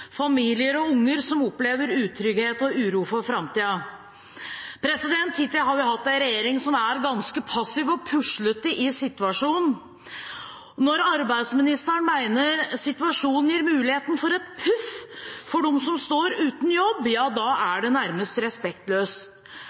familier og unger som opplever utrygghet og uro for framtiden. Hittil har vi hatt en regjering som er ganske passiv og puslete i situasjonen. Når arbeidsministeren mener situasjonen gir muligheten for et puff for dem som står uten jobb, er det nærmest